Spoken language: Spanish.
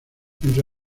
entre